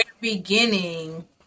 beginning